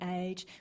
age